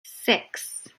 six